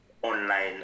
online